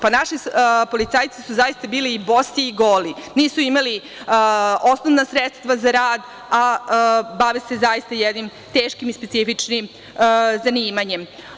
Pa, naši policajci su zaista bili bosi i goli, nisu imali osnovna sredstva za rad, a bave se zaista jednim teškim i specifičnim zanimanjem.